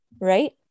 Right